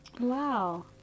Wow